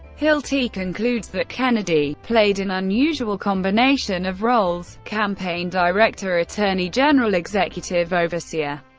hilty concludes that kennedy played an unusual combination of roles campaign director, attorney general, executive overseer,